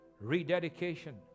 Rededication